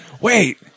Wait